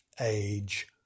age